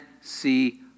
see